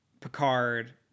Picard